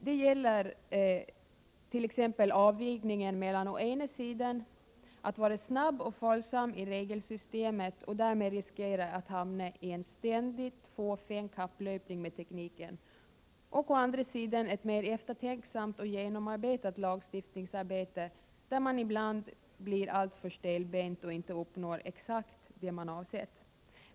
Det kan t.ex. gälla avvägningen mellan att å ena sidan vara snabb och följsam i regelsystemet och riskera att hamna i en ständig fåfäng kapplöpning med tekniken och å andra sidan ett mer eftertänksamt och genomarbetat lagstiftningsarbete, där man ibland kan bli för stelbent och inte uppnår precis det man avsett.